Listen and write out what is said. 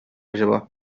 acaba